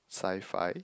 Sci-Fi